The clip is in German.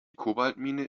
kobaltmine